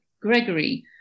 Gregory